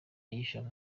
yishyuye